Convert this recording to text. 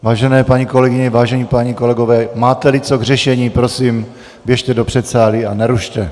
Vážené paní kolegyně, vážení páni kolegové, máteli co k řešení, prosím, běžte do předsálí a nerušte.